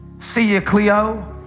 see you, cleo.